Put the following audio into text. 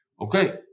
Okay